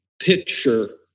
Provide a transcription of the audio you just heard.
picture